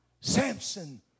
Samson